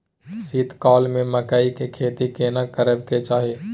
शीत काल में मकई के खेती केना करबा के चाही?